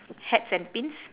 hats and pins